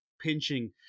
pinching